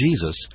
Jesus